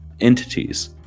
entities